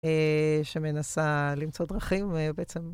שמנסה למצוא דרכים בעצם.